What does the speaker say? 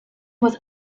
was